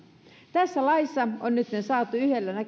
tässä laissa on nyt saatu